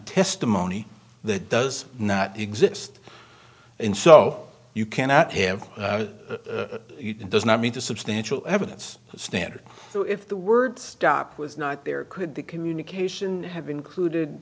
testimony that does not exist in so you cannot have does not meet the substantial evidence standard so if the word stop was not there could the communication have included